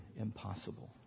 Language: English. impossible